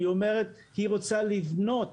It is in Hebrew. כי היא אומרת שהיא רוצה לבנות